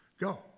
Go